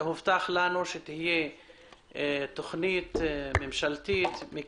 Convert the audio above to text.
והובטח לנו שתהיה תכנית ממשלתית טובה